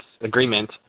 agreement